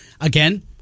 Again